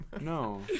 No